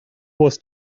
was